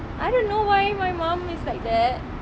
I don't know why my mom is like that